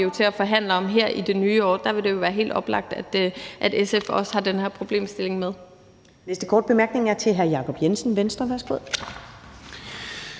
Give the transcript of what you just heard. til at forhandle om her i det nye år. Der vil det jo være helt oplagt, at SF også har den her problemstilling med. Kl. 15:20 Første næstformand (Karen